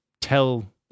tell